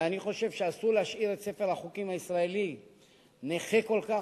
ואני חושב שאסור להשאיר את ספר החוקים הישראלי נכה כל כך.